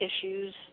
issues